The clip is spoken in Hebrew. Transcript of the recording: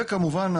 וכמובן,